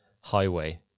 highway